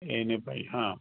ए ने पाहिजे हां